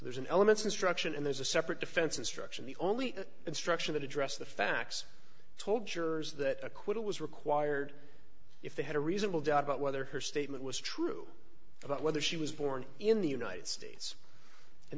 there's an element instruction and there's a separate defense instruction the only instruction that address the facts told jurors that acquittal was required if they had a reasonable doubt about whether her statement was true about whether she was born in the united states and